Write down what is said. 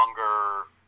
longer